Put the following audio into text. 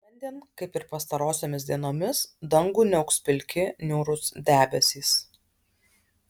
šiandien kaip ir pastarosiomis dienomis dangų niauks pilki niūrūs debesys